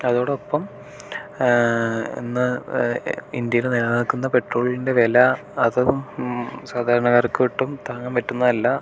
അതോടൊപ്പം ഇന്ന് ഇന്ത്യയിൽ നിലനിൽക്കുന്ന പെട്രോളിൻ്റെ വില അതും സാധാരക്കാർക്ക് ഒട്ടും താങ്ങാൻ പറ്റുന്നതല്ല